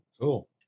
Cool